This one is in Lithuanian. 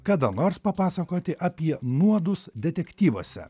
kada nors papasakoti apie nuodus detektyvuose